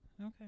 Okay